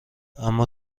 اما